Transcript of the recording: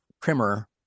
primer